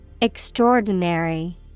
Extraordinary